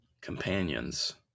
companions